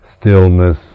stillness